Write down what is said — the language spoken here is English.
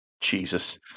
Jesus